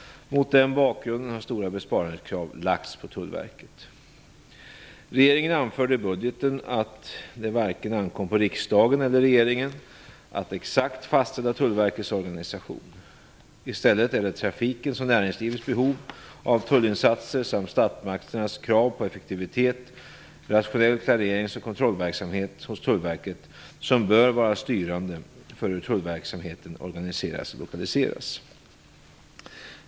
Mot denna bakgrund har stora besparingskrav lagts på Tullverket. Regeringen anförde i budgetpropositionen att det varken ankom på riksdagen eller regeringen att exakt fastställa Tullverkets organisation. I stället är det trafikens och näringslivets behov av tullinsatser samt statsmakternas krav på effektivitet och rationell klarerings och kontrollverksamhet hos Tullverket som bör vara styrande för hur tullverksamheten organiseras och lokaliseras.